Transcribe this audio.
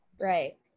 Right